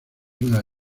una